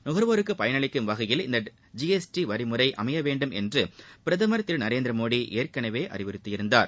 நுகர்வோருக்கு பயனளிக்கும் வகையில் இந்த ஜி எஸ் டி வரி முறை அமைய வேண்டும் என்று பிரதமர் திரு நரேந்திரமோடி ஏற்கனவே வலியுறுத்தியிருந்தார்